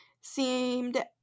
seemed